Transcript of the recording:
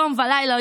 יום ולילה,